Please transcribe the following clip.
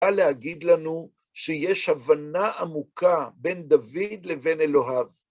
בא להגיד לנו שיש הבנה עמוקה בין דוד לבין אלוהיו.